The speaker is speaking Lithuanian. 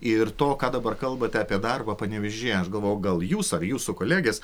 ir to ką dabar kalbate apie darbą panevėžyje aš galvojau gal jūs ar jūsų kolegės